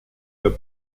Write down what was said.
der